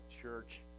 church